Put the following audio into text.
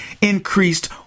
increased